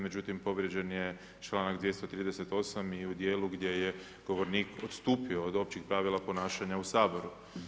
Međutim, povrijeđen je čl. 238. i u dijelu gdje je govornik odstupio od općih pravila ponašanja u Saboru.